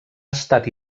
estat